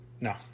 no